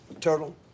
Turtle